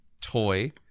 toy